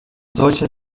solcher